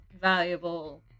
valuable